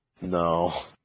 No